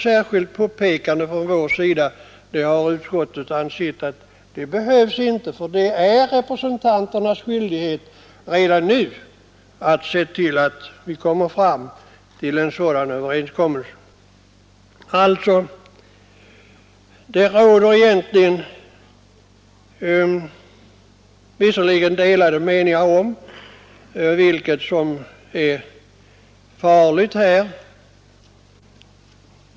Utskottet har inte ansett att något speciellt påpekande från utskottet behövs, eftersom det redan nu är representanternas skyldighet att se till att vi kommer fram till en sådan överenskommelse. Det råder delade meningar om vilket som är farligast i detta sammanhang.